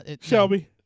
Shelby